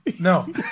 No